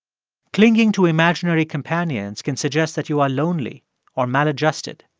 clinging to imaginary companions can suggest that you are lonely or maladjusted.